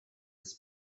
des